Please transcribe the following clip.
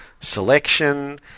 selection